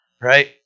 right